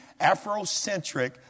Afrocentric